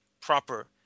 proper